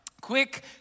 quick